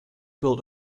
built